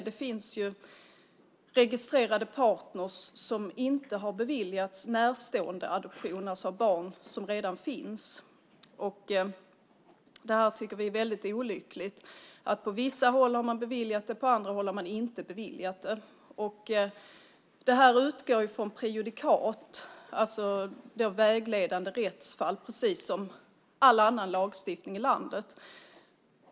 Det finns registrerade partner som inte har beviljats närståendeadoption, alltså adoption av barn som redan finns. Det tycker vi är väldigt olyckligt. På vissa håll har man beviljat det, på andra håll har man inte beviljat det. Detta utgår från prejudikat, vägledande rättsfall, precis som all annan lagstiftning i landet.